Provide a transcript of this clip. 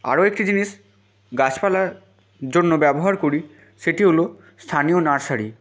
আরও একটি জিনিস গাছপালার জন্য ব্যবহার করি সেটি হলো স্থানীয় নার্সারি